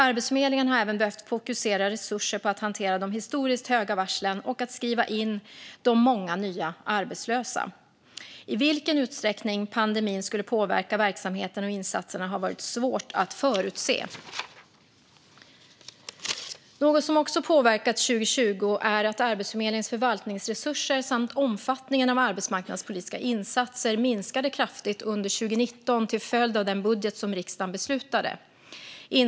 Arbetsförmedlingen har även behövt fokusera resurser på att hantera de historiskt höga varseltalen och att skriva in de många nya arbetslösa. I vilken utsträckning pandemin skulle påverka verksamheten och insatserna har varit svårt att förutse. Något som också påverkat 2020 är att Arbetsförmedlingens förvaltningsresurser samt omfattningen av arbetsmarknadspolitiska insatser minskade kraftigt under 2019 till följd av den budget som riksdagen beslutade om.